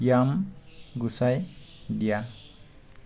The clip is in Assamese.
য়াম গুচাই দিয়া